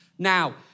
Now